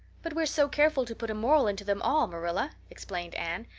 but we're so careful to put a moral into them all, marilla, explained anne.